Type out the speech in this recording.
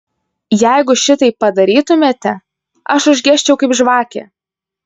jeigu šitaip padarytumėte aš užgesčiau kaip žvakė